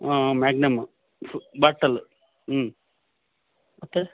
ಹಾಂ magnum bottle ಹ್ಞೂ ಮತ್ತೆ